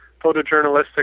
photojournalistic